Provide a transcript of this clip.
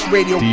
Radio